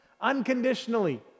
unconditionally